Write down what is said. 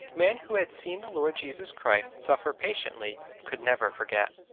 man who had seen the lord jesus christ suffer patiently could never forget.